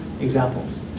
examples